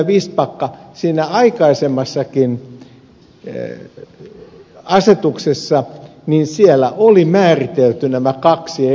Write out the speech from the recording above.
vistbacka siinä aikaisemmassakin asetuksessa oli määritelty nämä kaksi eri tasoa